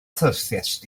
syrthiaist